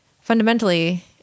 fundamentally